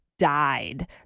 died